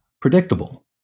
Predictable